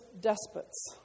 despots